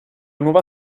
nuova